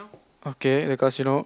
okay the Casino